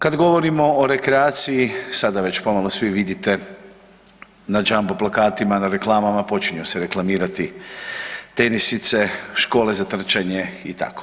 Kad govorimo o rekreaciji sada već pomalo svi vidite na džambo plakatima, na reklamama počinju se reklamirati tenisice, škole za trčanje i tako.